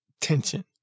tension